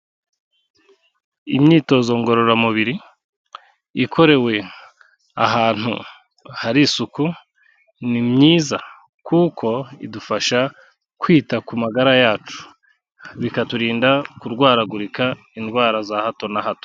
Imyitozo ngororamubiri ikorewe ahantu hari isuku ni myiza kuko idufasha kwita ku magara yacu bikaturinda kurwaragurika indwara za hato na hato.